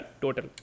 total